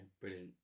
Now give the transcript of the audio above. brilliant